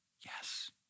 yes